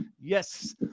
Yes